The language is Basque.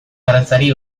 erretzeari